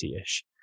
ish